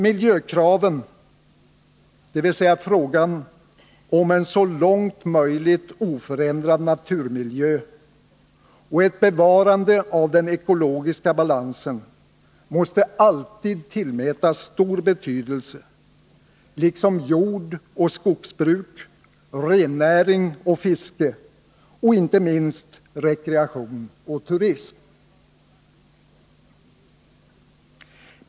Miljökraven, dvs. frågan om en så långt möjligt oförändrad naturmiljö och ett bevarande av den ekologiska balansen måste alltid tillmätas stor betydelse, liksom jordoch skogsbruk, rennäring och fiske och inte minst rekreation och turism.